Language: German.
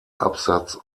absatz